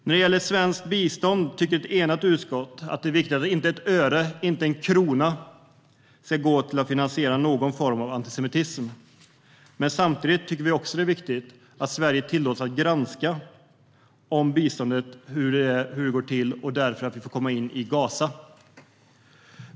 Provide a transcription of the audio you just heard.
När det gäller svenskt bistånd tycker ett enat utskott att det är viktigt att inte en krona, inte ett öre, ska gå till att finansiera någon form av antisemitism. Men samtidigt är det också viktigt att Sverige tillåts granska biståndet, och vi måste därför tillåtas komma in i Gaza.